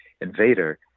invader